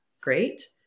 great